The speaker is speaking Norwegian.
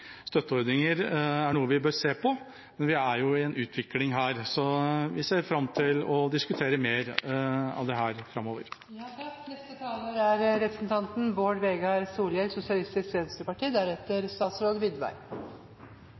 støtteordninger, er noe vi bør se på. Men vi er jo i en utvikling her, så vi ser fram til å diskutere mer av